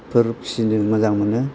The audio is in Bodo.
फोर फिसिनो मोजां मोनो